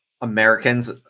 Americans